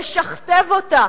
לשכתב אותה,